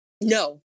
No